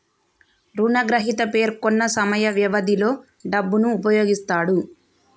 రుణగ్రహీత పేర్కొన్న సమయ వ్యవధిలో డబ్బును ఉపయోగిస్తాడు